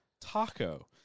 taco